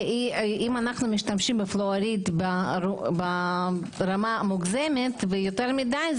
אם אנו משתמשים בפלואוריד ברמה מוגזמת ויותר מדי,